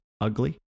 ugly